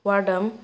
ꯋꯥꯔꯗꯝ